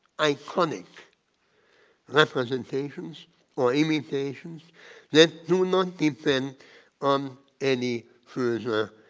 iconic representations or imitations that do not defend um any further